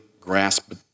grasp